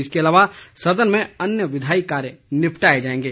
इसके अलावा सदन में अन्य विधायी कार्य निपटाए जाएंगे